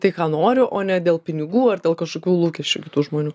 tai ką noriu o ne dėl pinigų ar dėl kažkokių lūkesčių kitų žmonių